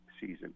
season